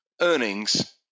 earnings